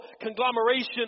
conglomeration